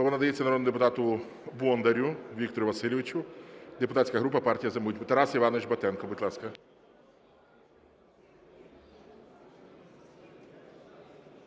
надається народному депутату Бондарю Віктору Васильовичу, депутатська група "Партія "За майбутнє". Тарас Іванович Батенко, будь ласка.